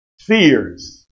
Fears